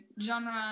genre